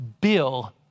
Bill